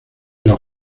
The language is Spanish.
los